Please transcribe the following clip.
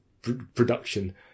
production